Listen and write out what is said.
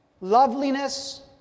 loveliness